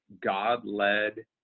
God-led